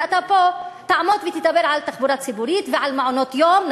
ואתה פה תעמוד ותדבר על תחבורה ציבורית ועל מעונות-יום,